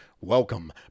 Welcome